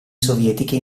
sovietiche